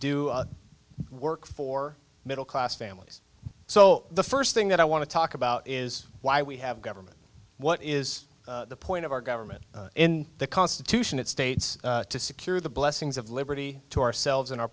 do work for middle class families so the first thing that i want to talk about is why we have government what is the point of our government in the constitution it states to secure the blessings of liberty to ourselves and our